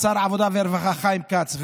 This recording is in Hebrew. שר העבודה והרווחה חיים כץ,